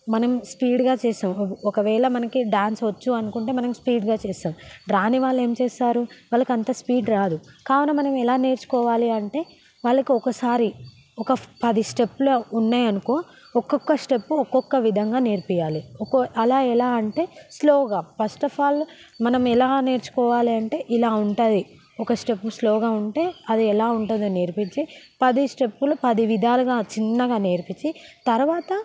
మనం స్పీడ్గా చేసావు ఒకవేళ మనకి డ్యాన్స్ వచ్చు అనుకుంటే మనము స్పీడ్గా చేస్తాం రాని వాళ్ళు ఏం చేస్తారు వాళ్ళకు అంత స్పీడ్ రాదు కావున మనం ఎలా నేర్చుకోవాలి అంటే వాళ్ళకు ఒకసారి ఒక పది స్టెప్లు ఉన్నాయనుకో ఒక్కొక్క స్టెప్పు ఒక్కొక్క విధంగా నేర్పియ్యాలి ఒక అలా ఎలా అంటే స్లోగా ఫస్ట్ అఫ్ ఆల్ మనం ఎలా నేర్చుకోవాలి అంటే ఇలా ఉంటుంది ఒక స్టెప్ స్లోగా ఉంటే అది ఎలా ఉంటదో నేర్పించి పది స్టెప్పులు పది విధాలుగా చిన్నగా నేర్పించి తర్వాత